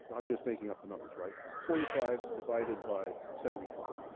i'm just making up the numbers, right forty five divided by seventy five.